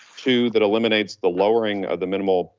two, that eliminates the lowering of the minimal,